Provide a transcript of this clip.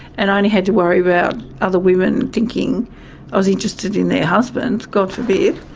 and i only had to worry about other women thinking i was interested in their husbands, god forbid,